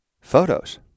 Photos